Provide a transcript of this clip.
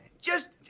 just,